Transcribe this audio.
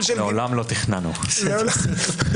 מסכים איתך.